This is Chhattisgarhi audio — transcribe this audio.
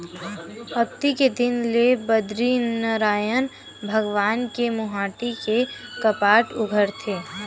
अक्ती के दिन ले बदरीनरायन भगवान के मुहाटी के कपाट उघरथे